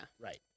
Right